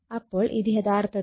അപ്പോൾ ഇത് യഥാർത്ഥത്തിൽ V1 E1